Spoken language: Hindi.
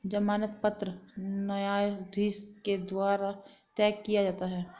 जमानत पत्र न्यायाधीश के द्वारा तय किया जाता है